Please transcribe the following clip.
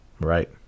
Right